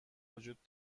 وجود